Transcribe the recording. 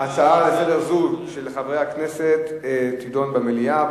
הצעה זו לסדר-היום של חברי הכנסת תידון במליאה.